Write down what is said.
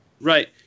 Right